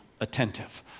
attentive